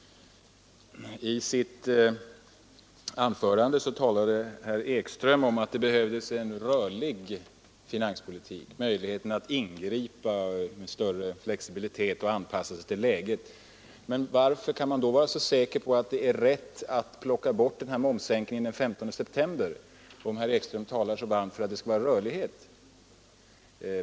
I sitt anförande talade herr Ekström om att det behövdes en rörlig finanspolitik, en möjlighet att ingripa med större flexibilitet och anpassning till läget. Men när herr Ekström talar så varmt om att det bör vara rörlighet, hur kan man då vara så säker på att det är rätt att plocka bort momssänkningen just den 15 september?